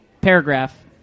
paragraph